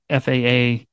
FAA